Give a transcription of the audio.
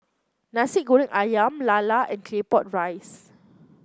Nasi Goreng ayam lala and Claypot Rice